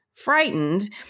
frightened